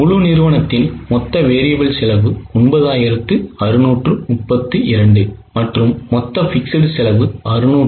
முழு நிறுவனத்தின் மொத்த variable செலவு 9632 மற்றும் மொத்த fixed செலவு 656